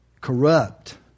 corrupt